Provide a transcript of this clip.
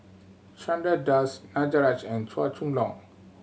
Chandra Das Danaraj and Chua Chong Long